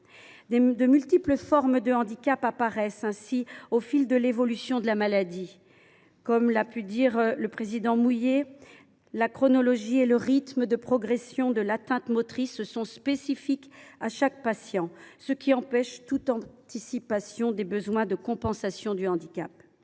De multiples formes de handicap apparaissent ainsi au fil de l’évolution de la maladie. Toutefois, comme l’a rappelé Philippe Mouiller, la chronologie et le rythme de progression de l’atteinte motrice sont spécifiques à chaque patient, ce qui empêche toute anticipation des besoins de compensation du handicap.